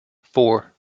four